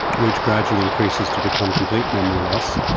which gradually increases to become complete memory loss.